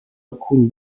alcuni